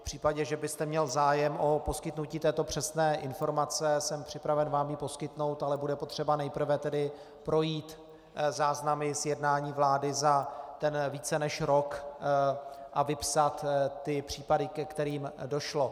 V případě, že byste měl zájem o poskytnutí této přesné informace, jsem připraven vám ji poskytnout, ale bude potřeba nejprve projít záznamy z jednání vlády za ten více než rok a vypsat ty případy, ke kterým došlo.